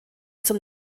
zum